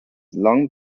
long